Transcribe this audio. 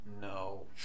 No